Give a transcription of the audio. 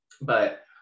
but-